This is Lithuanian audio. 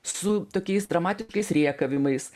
su tokiais dramatiškais rėkavimais